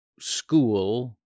school